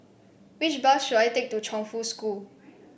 which bus should I take to Chongfu School